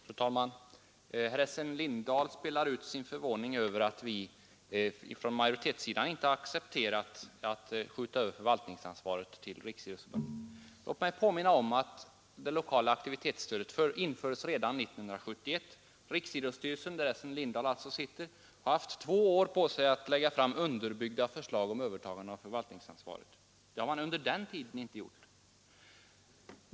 Fru talman! Essen Lindahl spelar upp förvåning över att utskottsmajoriteten inte har kunnat acceptera att förvaltningsansvaret överförs till Riksidrottsförbundet. Låt mig därför påminna om att det lokala aktivitetsstödet infördes redan 1971. Riksidrottsstyrelsen, som Essen Lindahl är ledamot av, har haft två år på sig för att lägga fram underbyggda förslag om förvaltningsansvaret. Detta har den inte gjort.